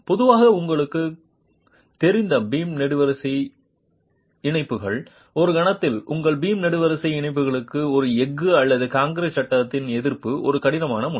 பொதுவாக உங்களுக்குத் தெரிந்த பீம் நெடுவரிசை மூட்டுகள் ஒரு கணத்தில் உங்கள் பீம் நெடுவரிசை மூட்டுக்கு ஒரு எஃகு அல்லது கான்கிரீட் சட்டத்தில் எதிர்ப்பது ஒரு கடினமான முனை